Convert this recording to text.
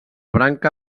branca